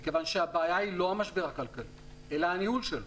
כי הבעה אינה המשבר הכלכלי אלא ניהולו.